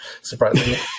surprisingly